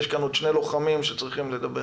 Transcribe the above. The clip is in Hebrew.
ויש כאן עוד שני לוחמים שצריכים לדבר